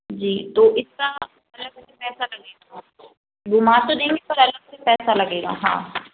जी तो इसका मतलब पैसा लगेगा आप को घूमा तो देंगे पर अलग से पैसा लगेगा हाँ